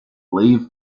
live